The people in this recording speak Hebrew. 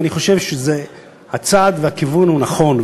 ואני חושב שהצעד והכיוון הוא נכון,